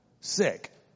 sick